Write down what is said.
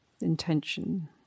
intention